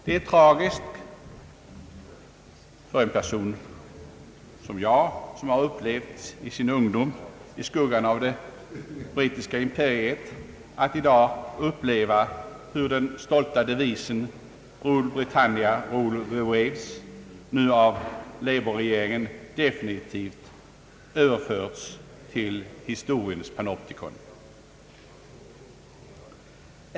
Det är tragiskt för en person som jag, som i min ungdom upplevat storheten hos det brittiska imperiet, att i dag uppleva hur den stolta devisen »Rule Britannia, rule the waves» nu av labourregeringen definitivt överförts till historiens panoptikon.